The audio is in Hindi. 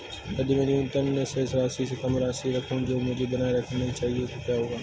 यदि मैं न्यूनतम शेष राशि से कम राशि रखूं जो मुझे बनाए रखना चाहिए तो क्या होगा?